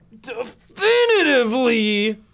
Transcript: definitively